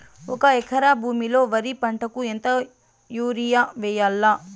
ఒక ఎకరా భూమిలో వరి పంటకు ఎంత యూరియ వేయల్లా?